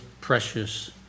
precious